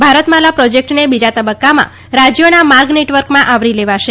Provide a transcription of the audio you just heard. ભારત માલા પ્રોજેક્ટને બીજા તબક્કામાં રાજયોના માર્ગ નેટવર્કમાં આવરી લેવાશે